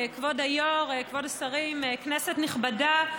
כבוד היו"ר, כבוד השרים, כנסת נכבדה,